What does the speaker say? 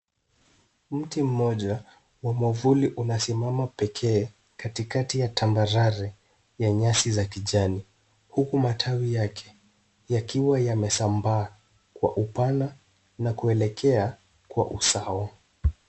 Mti mmoja wa mwavuli unasimama pekee katikati ya tambarare ya nyasi za kijani huku matawi yake yakiwa yamesambaa kwa upana na kuelekea kwa usawa.